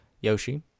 Yoshi